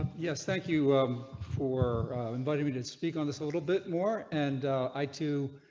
yes. thank you um for inviting me to speak on this little bit more and i too.